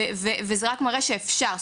זה גם רק מראה שאפשר.